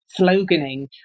sloganing